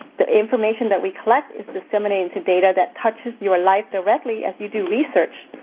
the information that we collect is disseminated to data that touches your life directly as you do research.